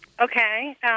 Okay